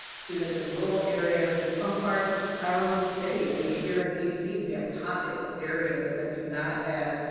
students in rural areas in some parts of our own city i mean here in d c. we have pockets of areas that do not have